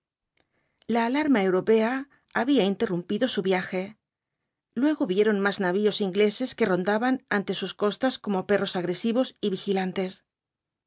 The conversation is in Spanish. la alarma europea había interrumpido su viaje luego vieron más navios ingleses que rondaban ante sus costas como perros agresivos y vigilantes